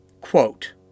Quote